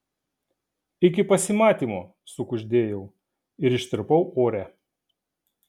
iki pasimatymo sukuždėjau ir ištirpau ore